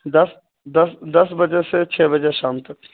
دس دس دس بجے سے چھ بجے شام تک